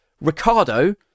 Ricardo